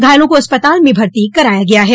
घायलों को अस्पताल में भर्ती कराया गया है